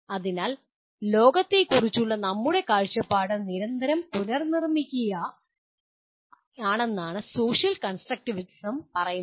അതിനാൽ ലോകത്തെക്കുറിച്ചുള്ള നമ്മുടെ കാഴ്ചപ്പാട് നിരന്തരം പുനർനിർമ്മിക്കുകയാണ് എന്നാണ് സോഷ്യൽ കൺസ്ട്രക്റ്റിവിസം പറയുന്നത്